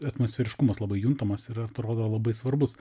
atmosferiškumas labai juntamas ir atrodo labai svarbus